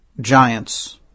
giants